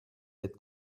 êtes